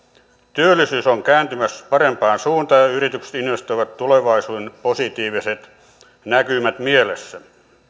työllisyys on kääntymässä parempaan suuntaan ja yritykset investoivat tulevaisuuden positiiviset näkymät mielessä